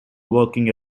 working